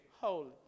holy